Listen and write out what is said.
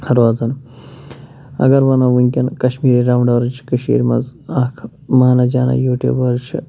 روزان اَگر وَنو وٕنۍکٮ۪ن کَشمیٖری راونڈٲرٕس چھِ کٔشیٖرِ منٛز اَکھ مانا جانا یوٗٹیوٗبٲرٕس چھِ